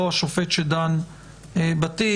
לא השופט שדן בתיק.